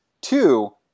two